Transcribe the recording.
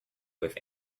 with